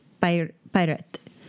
pirate